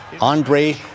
Andre